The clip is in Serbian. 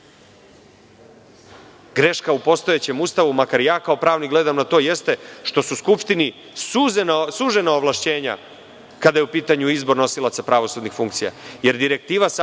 sporno. Greška u postojećem Ustavu, makar ja kao pravnik gledam na to, jeste što su Skupštini sužena ovlašćenja, kada je u pitanju izbor nosilaca pravosudnih funkcija, jer direktiva SE